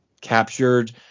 captured